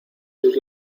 sus